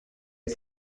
ait